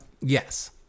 Yes